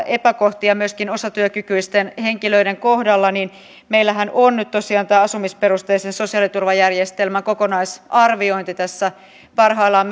epäkohtia myöskin osatyökykyisten henkilöiden kohdalla niin meillähän on nyt tosiaan tämä asumisperusteisen sosiaaliturvajärjestelmän kokonaisarviointi parhaillaan